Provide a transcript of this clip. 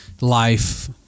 life